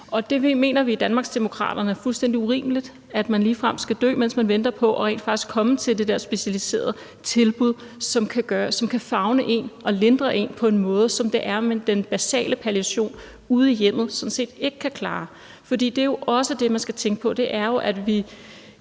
Det mener vi i Danmarksdemokraterne er fuldstændig urimeligt, altså at man ligefrem skal dø, mens man venter på rent faktisk at komme til det der specialiserede tilbud, som kan favne en og lindre en på en måde, som den basale palliation ude i hjemmet sådan set ikke kan klare. Det, man også skal tænke på, er jo, at når